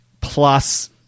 plus